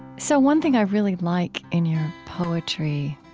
so one thing i really like in your poetry